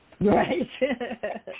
Right